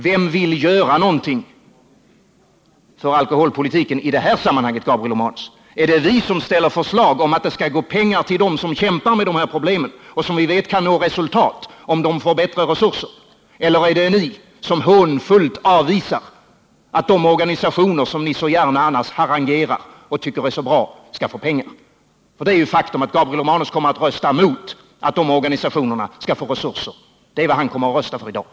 Vem vill göra någonting i det här sammanhanget, Gabriel Romanus — vi, som ställer förslag om att anslå pengar till dem som kämpar med de här problemen och som vi vet kan nå resultat om de får bättre resurser, eller ni, som hånfullt avvisar tanken att de organisationer som ni annars så gärna harangerar skall få pengar? Faktum är att Gabriel Romanus kommer att rösta emot att de organisationerna skall få resurser. Det innebär det han kommer att rösta för i dag.